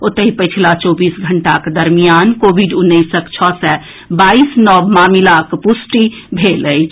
ओतहि पछिला चौबीस घंटाक दरमियान कोविड उन्नैसक छओ सय बाईस नव मामिलाक प्रष्टि भेल अछि